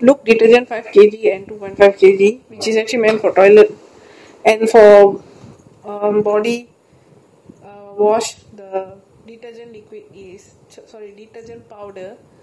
look between the five K_G and six point five K_G it is actually meant for toilet and for um body err wash the detergent liquid is to sorry detergent powder we have persil one box huge one